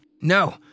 No